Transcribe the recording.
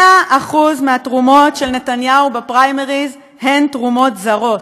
100% התרומות של נתניהו בפריימריז הן תרומות זרות.